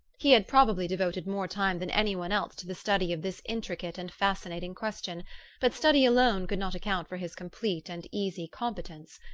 he had probably devoted more time than any one else to the study of this intricate and fascinating question but study alone could not account for his complete and easy competence.